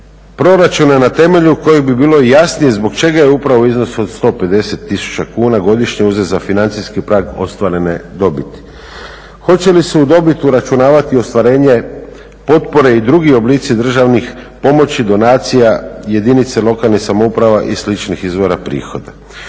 proračune na temelju kojih bi bilo jasnije zbog čega je upravo iznos od 150 tisuća kuna godišnje uzet za financijski prag ostvarene dobiti. Hoće li se u dobit uračunavati i ostvarenje potpore i drugih oblici državne pomoći, donacija jedinice lokalne samouprave i sličnih izvora prihoda?